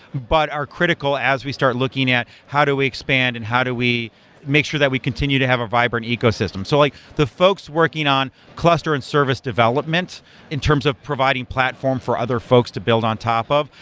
but are critical as we start looking at how do we expand and how do we make sure that we continue to have a vibrant ecosystem. so like the folks working on cluster and service development in terms of providing platform for other folks to build on top of,